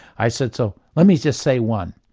i said so, let me just say one,